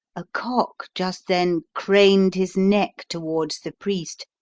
a cock just then craned his neck towards the priest,